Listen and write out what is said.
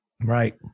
Right